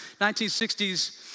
1960s